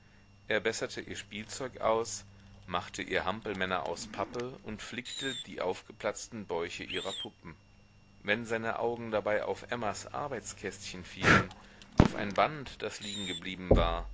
er besserte ihr spielzeug aus machte ihr hampelmänner aus pappe und flickte sie aufgeplatzten bäuche ihrer puppen wenn seine augen dabei auf emmas arbeitskästchen fielen auf ein band das liegengeblieben war